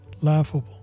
Laughable